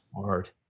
Hard